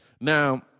Now